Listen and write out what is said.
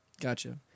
Gotcha